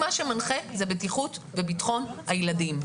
שמנחה אותי זה בטיחות וביטחון הילדים.